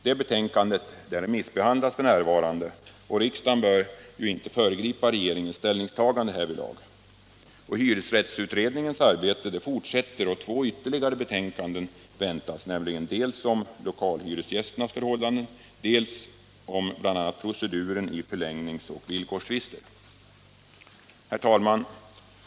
Detta betänkande remissbehandlas f. n., och riksdagen bör inte föregripa regeringens ställningstagande. Hyresrättsutredningens arbete fortsätter, och två ytterligare betänkanden väntas, dels om lokalhyresgästernas förhållanden, dels om bl.a. proceduren i förlängningsoch villkorstvister. Herr talman!